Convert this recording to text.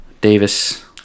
Davis